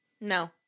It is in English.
No